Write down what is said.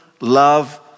love